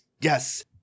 yes